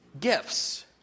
Gifts